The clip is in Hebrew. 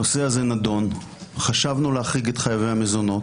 הנושא הזה נדון, חשבנו להחריג את חייבי המזונות.